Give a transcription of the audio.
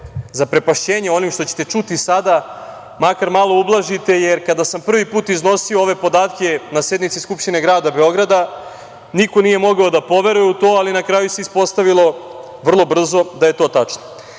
zaprepašćenje onim što ćete čuti sada makar malo ublažite, jer kada sam prvi put iznosio ove podatke na sednici Skupštine grada Beograda niko nije mogao da poveruje u to, ali na kraju se ispostavilo vrlo brzo da je to tačno. Naime,